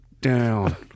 down